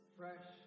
fresh